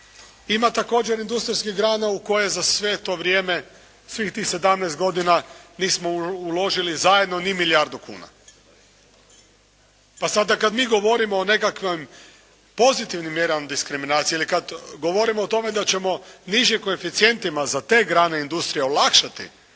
Ima također industrijskih grana u kojih za sve to vrijeme svih tih sedamnaest godina nismo uložili zajedno ni milijardu kuna. A sada kad mi govorimo o nekakvim pozitivnim mjerama diskriminacije ili kad govorimo o tome da ćemo nižim koeficijentima za te grane industrije olakšati